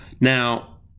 Now